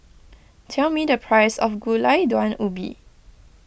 tell me the price of Gulai Daun Ubi